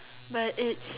but it's